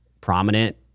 prominent